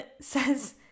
says